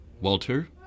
Walter